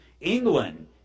England